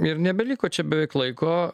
ir nebeliko čia beveik laiko